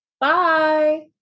Bye